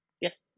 Yes